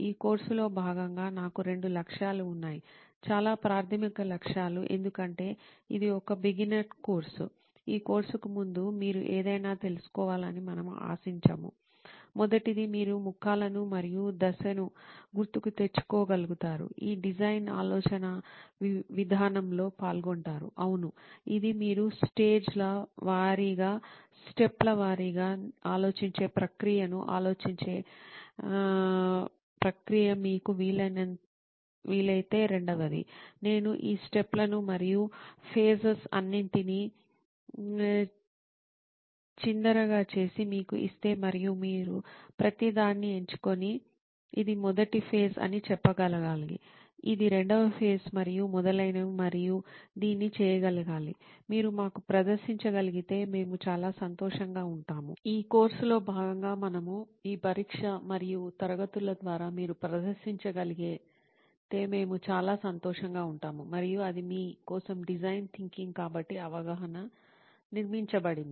ఈ కోర్సులో భాగంగా నాకు రెండు లక్ష్యాలు ఉన్నాయి చాలా ప్రాథమిక లక్ష్యాలు ఎందుకంటే ఇది ఒక బిగిన్నేర్ కోర్సు ఈ కోర్సుకు ముందు మీరు ఏదైనా తెలుసుకోవాలని మనము ఆశించము మొదటిది మీరు ముఖాలను మరియు దశను గుర్తుకు తెచ్చుకో గలుగుతారు ఈ డిజైన్ ఆలోచనా విధానంలో పాల్గొంటారు అవును ఇది మీరు స్టేజ్ ల వారీగా స్టెప్ ల వారీగా ఆలోచించే ప్రక్రియను ఆలోచించే ప్రక్రియ మీకు వీలైతే రెండవది నేను ఈ స్టెప్ లను మరియు ఫేసెస్ అన్నిటిని చిందరగా చేసి మీకు ఇస్తే మరియు మీరు ప్రతి దాన్ని ఎంచుకుని ఇది మొదటి ఫేస్ అని చెప్పగలగాలి ఇది రెండవ ఫేస్ మరియు మొదలైనవి మరియు దీన్ని చేయగలగాలి మీరు మాకు ప్రదర్శించగలిగితే మేము చాలా సంతోషంగా ఉంటాము ఈ కోర్సులో భాగంగా మనము ఈ పరీక్ష మరియు తరగతుల ద్వారా మీరు ప్రదర్శించగలిగితే మేము చాలా సంతోషంగా ఉంటాము మరియు అది మీ కోసం డిజైన్ థింకింగ్ కాబట్టి అవగాహన నిర్మించబడింది